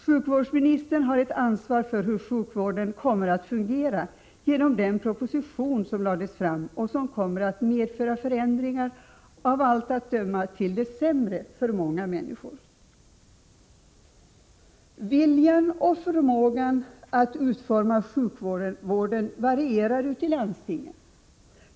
Sjukvårdsministern har ett ansvar för hur sjukvården kommer att fungera genom den proposition som lades fram och som kommer att medföra förändringar, av allt att döma till det sämre, för många människor. Viljan och förmågan att utforma sjukvården varierar ute i landstingen.